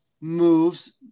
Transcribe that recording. moves